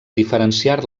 diferenciar